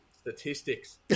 statistics